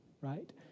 right